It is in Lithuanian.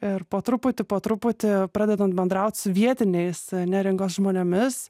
ir po truputį po truputį pradedant bendraut su vietiniais neringos žmonėmis